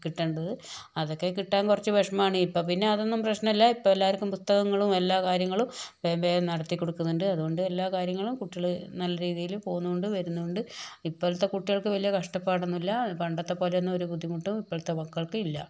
കിട്ടണ്ടത് അതൊക്കെ കിട്ടാൻ കുറച്ച് വേഷമാണ് ഇപ്പൊ പിന്നെ അതൊന്നും പ്രശ്നല്ല ഇപ്പൊ എല്ലാർക്കും പുസ്തകങ്ങളും എല്ലാ കാര്യങ്ങളും വേഗം വേഗം നടത്തിക്കൊടുക്കുന്നുണ്ട് അതുകൊണ്ട് എല്ലാ കാര്യങ്ങളും കുട്ടികള് നല്ല രീതില് പോകുന്നുണ്ട് വരുന്നുണ്ട് ഇപ്പോഴത്തെ കുട്ടികൾക്ക് വല്യ കഷ്ടപ്പാടൊന്നുല്ല പണ്ടത്തെപ്പോലൊന്നും ഒരു ബുദ്ധിമുട്ടും ഇപ്പോഴത്തെ മക്കൾക്കില്ല